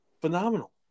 Phenomenal